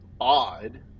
odd